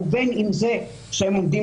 ובין אם זה שהם עומדים